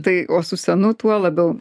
tai o su senu tuo labiau